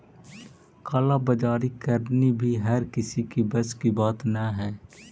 काला बाजारी करनी भी हर किसी के बस की बात न हई